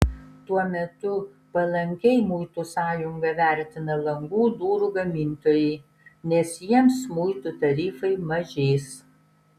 tuo metu palankiai muitų sąjungą vertina langų durų gamintojai nes jiems muitų tarifai mažės